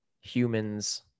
humans